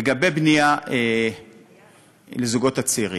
לגבי בנייה לזוגות הצעירים,